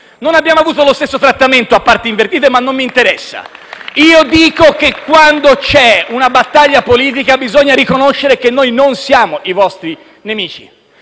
Non abbiamo ricevuto lo stesso trattamento, a parti invertite, ma non mi interessa. *(Applausi dal Gruppo PD)*. Io dico che, quando c'è una battaglia politica, bisogna riconoscere che noi non siamo i vostri nemici.